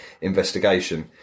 investigation